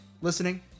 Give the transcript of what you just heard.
listening